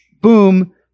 boom